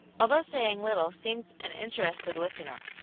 although saying little, seemed an interested listener.